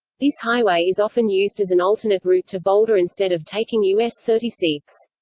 this highway is often used as an alternate route to boulder instead of taking us thirty six.